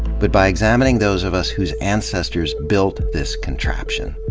but by examining those of us whose ancestors built this contraption,